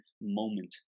moment